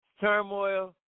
Turmoil